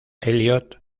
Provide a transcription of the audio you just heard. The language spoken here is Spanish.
eliot